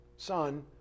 Son